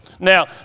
Now